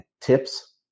tips